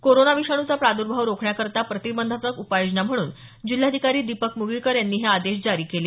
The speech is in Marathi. कोरोना विषाणूचा प्रादुर्भाव रोखण्याकरता प्रतिबंधात्मक उपाययोजना म्हणून जिल्हाधिकारी दीपक मुगळीकर यांनी हे आदेश जारी केले